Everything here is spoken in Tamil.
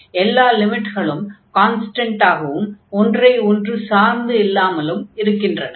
எல்லா லிமிட்களும் கான்ஸ்டன்டாகவும் ஒன்றை ஒன்று சார்ந்து இல்லாமலும் இருக்கின்றன